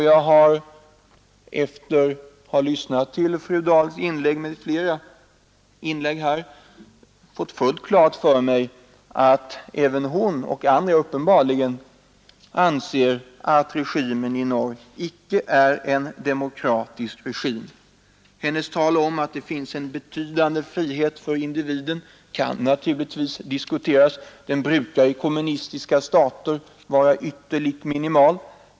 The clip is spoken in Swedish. Jag har efter att ha lyssnat till fru Dahls m.fl. inlägg fått fullt klart för mig att även fru Dahl och andra uppenbarligen anser att regimen i norr icke är en demokratisk regim. Fru Dahls tal om att det finns en betydande frihet för individen där kan naturligtvis diskuteras. Den friheten brukar i kommunistiska stater vara ytterligt minimal.